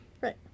Right